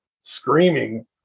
screaming